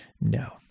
No